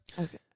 Okay